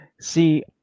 See